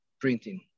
printing